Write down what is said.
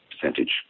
percentage